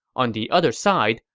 on the other side,